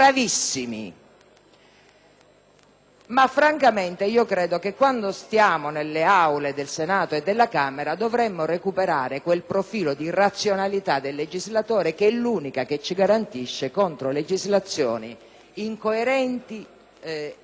ma, francamente, credo che quando ci troviamo nelle Aule del Senato e della Camera dovremmo recuperare quel profilo di razionalità del legislatore che è l'unica a garantirci contro legislazioni incoerenti e poco